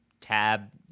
tab